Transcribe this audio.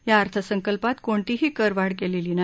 या अर्थसंकल्पात कोणतीही करवाढ केलेली नाही